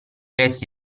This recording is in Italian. resti